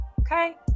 okay